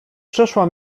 przeszła